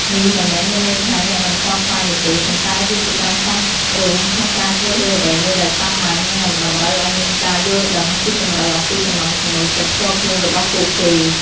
នេះមិនមែនមានន័យថាអ្នកមិនខ្វល់ខ្វាយនោះទេ ប៉ុន្តែវាជាការសមរម្យក្នុងការជ្រើសរើសអ្វីមួយដែលសាមញ្ញ និងមិនតម្រូវឱ្យមានការយល់ដឹងស៊ីជម្រៅអំពីចំណង់ចំណូលចិត្តផ្ទាល់ខ្លួនរបស់ពួកគេ។